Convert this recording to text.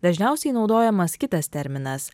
dažniausiai naudojamas kitas terminas